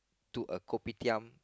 to a Kopitiam